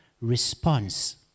response